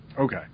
Okay